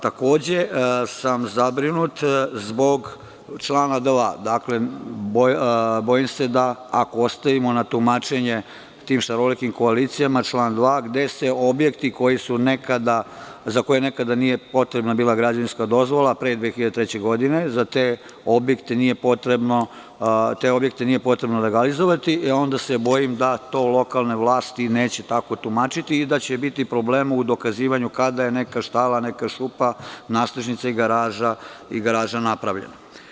Takođe sam zabrinut zbog člana 2. Bojim se da ako ostavimo na tumačenje tim šarolikim koalicijama član 2, gde se objekti za koje nekada nije bila potrebna građevinska dozvola pre 2003. godine, da te objekte nije potrebno legalizovati, onda se bojim da to lokalne vlasti neće tako tumačiti, već da će biti problema u dokazivanju kada je neka štala, neka šupa, nadstrešnica, garaža napravljena.